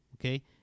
okay